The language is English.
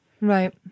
Right